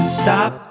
stop